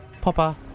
papa